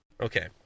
Okay